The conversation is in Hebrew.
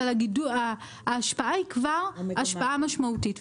אבל ההשפעה כבר משמעותית,